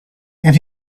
and